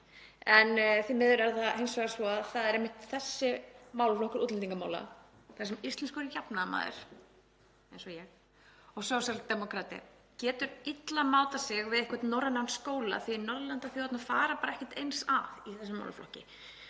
En því miður er það hins vegar svo að það er einmitt í þessum málaflokki, útlendingamálum, þar sem íslenskur jafnaðarmaður eins og ég og sósíaldemókrati getur illa mátað sig við einhvern norrænan skóla því að Norðurlandaþjóðirnar fara bara ekkert eins að í þessum málaflokki.